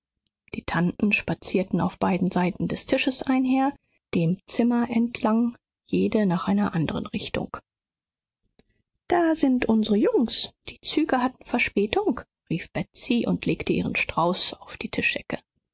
die tanten spazierten auf beiden seiten des tisches einher dem zimmer entlang jede nach einer anderen richtung da sind unsere jungens die züge hatten verspätung rief betsy und legte ihren strauß auf die